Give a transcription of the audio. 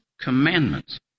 commandments